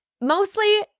mostly